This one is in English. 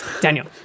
Daniel